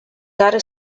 gare